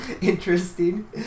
Interesting